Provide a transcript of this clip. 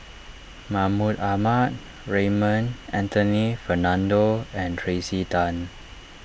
Mahmud Ahmad Raymond Anthony Fernando and Tracey Tan